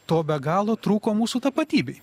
to be galo trūko mūsų tapatybei